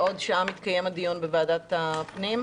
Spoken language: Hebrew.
בעוד שעה מתקיים הדיון בוועדת הפנים,